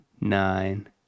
nine